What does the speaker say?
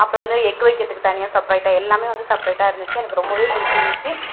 அப்புறம் எக் வைக்கிறதுக்கு தனியாக செப்ரைட்டாக எல்லாம் வந்து செப்ரைட்டாக இருந்துச்சு எனக்கு ரொம்ப பிடிச்சிருந்துச்சி